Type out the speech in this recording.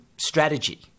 strategy